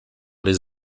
les